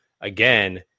again